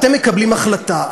אתם מקבלים החלטה,